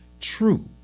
true